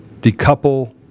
decouple